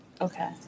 Okay